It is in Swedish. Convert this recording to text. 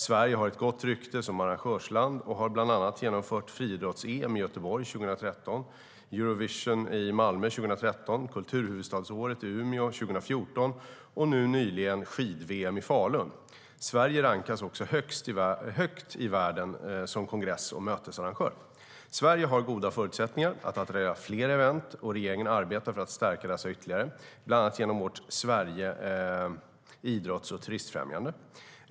Sverige har ett gott rykte som arrangörsland och har bland annat genomfört friidrotts-EM i Göteborg 2013, Eurovision i Malmö 2013, Kulturhuvudstadsåret i Umeå 2014 och nyligen skid-VM i Falun. Sverige rankas också högt i världen som kongress och mötesarrangör. Sverige har goda förutsättningar att attrahera fler event, och regeringen arbetar för att stärka dessa ytterligare. Bland annat genom vårt Sverige, idrotts och turismfrämjande.